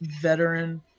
veteran